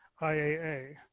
IAA